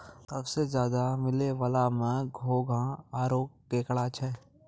सबसें ज्यादे मिलै वला में घोंघा आरो केकड़ा छै